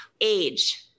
age